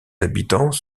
habitants